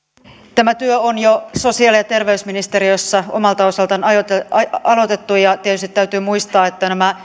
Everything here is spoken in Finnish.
tämä työ on jo sosiaali ja terveysministeriössä omalta osaltaan aloitettu ja tietysti täytyy muistaa että